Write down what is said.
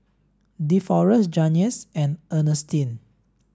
Deforest Janyce and Ernestine